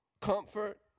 Comfort